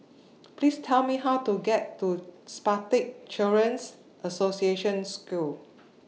Please Tell Me How to get to Spastic Children's Association School